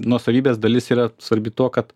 nuosavybės dalis yra svarbi tuo kad